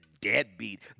deadbeat